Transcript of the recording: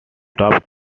top